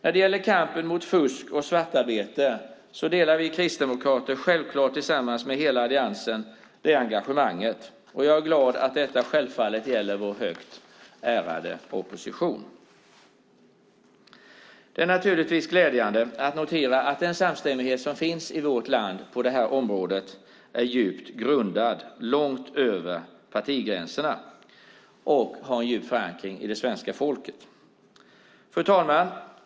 När det gäller kampen mot fusk och svartarbete delar vi kristdemokrater självklart tillsammans med hela Alliansen det engagemanget. Jag är glad att detta självfallet gäller vår högt ärade opposition. Det är naturligtvis glädjande att notera att den samstämmighet som finns i vårt land på området är djupt grundad långt över partigränserna och har en djup förankring i det svenska folket. Fru talman!